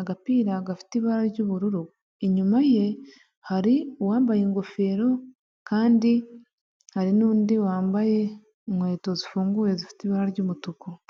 agapira gafite ibara ry'ubururu inyuma ye hari uwambaye ingofero kandi hari n'undi wambaye inkweto zifunguye zifite ibara ry'umutuku.